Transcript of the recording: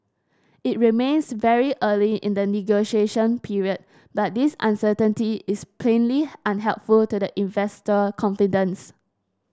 it remains very early in the negotiation period but this uncertainty is plainly unhelpful to the investor confidence